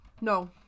No